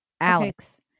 Alex